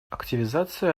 активизация